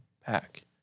pack